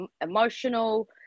emotional